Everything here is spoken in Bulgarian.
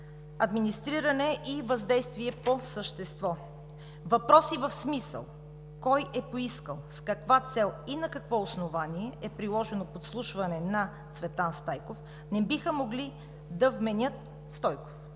администриране и въздействие по същество. Въпроси в смисъл: кой е поискал, с каква цел и на какво основание е приложено подслушване на Цветан Стойков не биха могли да се вменят в